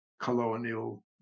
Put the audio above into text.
colonial